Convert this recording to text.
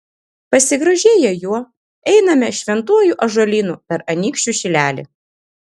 pasigrožėję juo einame šventuoju ąžuolynu per anykščių šilelį